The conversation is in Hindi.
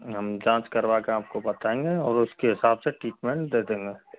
हम जाँच करवाके आपको बताएंगे और उसके हिसाब से ट्रीट्मन्ट दे देंगे